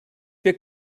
wir